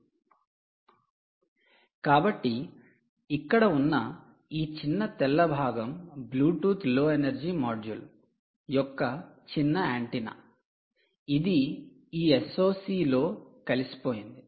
slide సమయం చూడండి 0841 కాబట్టి ఇక్కడ ఉన్న ఈ చిన్న తెల్ల భాగం బ్లూటూత్ లో ఎనర్జీ మాడ్యూల్ యొక్క చిప్ యాంటెన్నా ఇది ఈ SOC లో కలిసిపోయింది